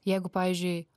jeigu pavyzdžiui